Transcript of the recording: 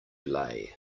lay